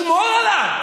שמור עליו.